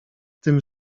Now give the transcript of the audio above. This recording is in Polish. tym